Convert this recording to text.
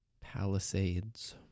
palisades